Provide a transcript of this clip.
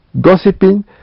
gossiping